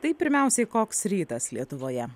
tai pirmiausiai koks rytas lietuvoje